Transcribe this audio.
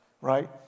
right